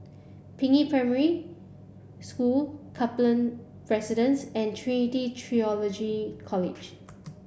Peiying Primary School Kaplan Residence and Trinity Theological College